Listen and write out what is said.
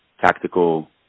tactical